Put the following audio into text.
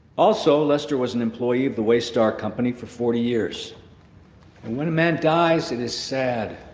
also lester was an employee of the way star company for forty years and when a man dies it is sad